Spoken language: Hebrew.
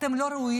אתם לא ראויים.